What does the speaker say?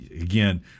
again